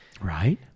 Right